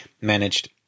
managed